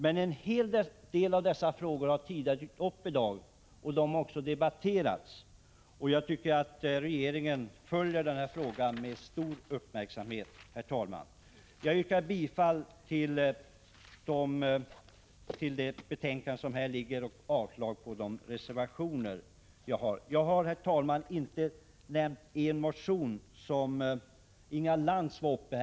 Men en hel del av dessa frågor har diskuterats tidigare i dag. Jag tycker att regeringen följer denna fråga med stor uppmärksamhet. Jag yrkar bifall till utskottsmajoritetens hemställan i detta betänkande och avslag på de reservationer som är fogade till betänkandet. Sedan något om en reservation som jag inte har nämnt.